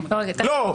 לא,